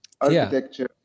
architecture